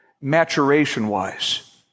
maturation-wise